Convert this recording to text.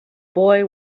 boy